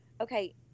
Okay